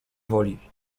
woli